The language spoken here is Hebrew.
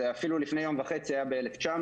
זה אפילו לפני יום וחצי היה ב-1,900,